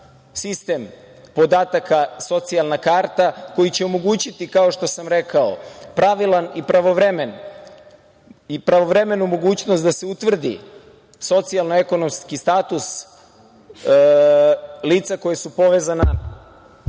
sistem podataka „socijalna karta“ koji će omogućiti, kao što sam rekao, pravilnu i pravovremenu mogućnost da se utvrdi socijalno-ekonomski status lica koja su povezana